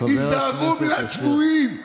"היזהרו מן הצבועים".